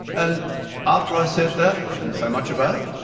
and after i said that, i didn't say much about it,